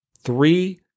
Three